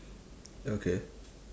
okay